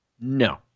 No